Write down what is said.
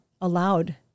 allowed